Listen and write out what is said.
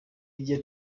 igihe